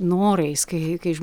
norais kai kai